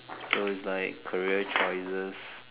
so its like career choices